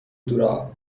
دورا